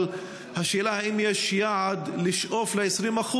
אבל השאלה היא אם יש יעד לשאוף ל-20%,